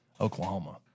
Oklahoma